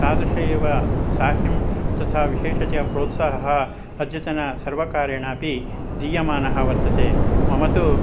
तादृश एव साह्यं तथा विशेषतया प्रोत्साहः अद्यतनसर्वकारेणापि दीयमानः वर्तते मम तु